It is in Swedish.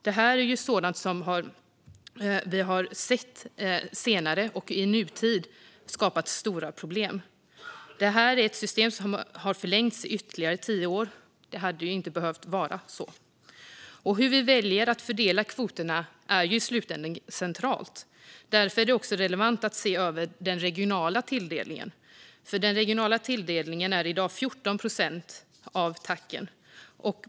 Det är sådant som vi sett senare och som i nutid skapat stora problem. Det här är ett system som har förlängts ytterligare tio år. Det hade inte behövt vara så. Hur vi väljer att fördela kvoterna är i slutänden centralt. Därför är det också relevant att se över den regionala tilldelningen. Den regionala tilldelningen är i dag 14 procent av TAC.